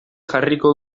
jarriko